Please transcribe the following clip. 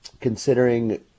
considering